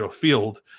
field